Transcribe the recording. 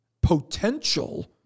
potential